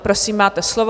Prosím, máte slovo.